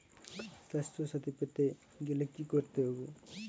স্বাস্থসাথী পেতে গেলে কি করতে হবে?